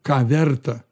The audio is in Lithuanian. ką verta